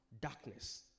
darkness